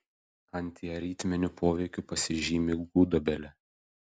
antiaritminiu poveikiu pasižymi gudobelė